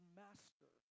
master